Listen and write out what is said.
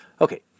Okay